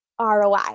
ROI